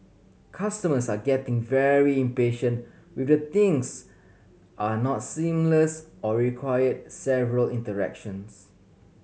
customers are getting very impatient things are not seamless or require several interactions